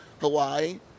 Hawaii